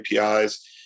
APIs